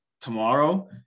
tomorrow